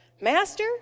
Master